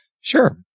Sure